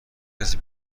کسی